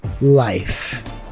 life